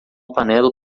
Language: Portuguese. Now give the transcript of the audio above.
panela